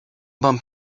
bump